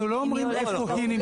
אנחנו לא אומרים לו איפה היא נמצאת.